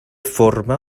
forma